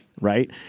right